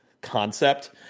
concept